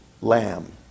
lamb